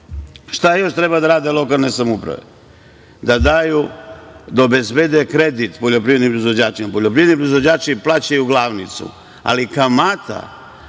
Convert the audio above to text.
itd. Šta još treba da rade lokalne samouprave? Da da obezbede kredit poljoprivrednim proizvođačima. Poljoprivredni proizvođači plaćaju glavnicu, ali kamata